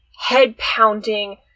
head-pounding